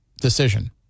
decision